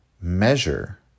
measure